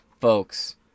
Folks